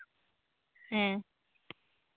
ᱦᱮᱸ